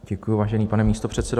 Děkuji, vážený pane místopředsedo.